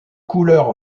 couleur